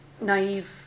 naive